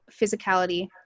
physicality